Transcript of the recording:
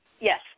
Yes